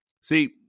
see